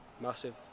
Massive